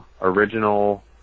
original